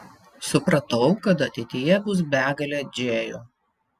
supratau kad ateityje bus begalė džėjų